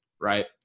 Right